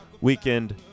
weekend